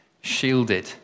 shielded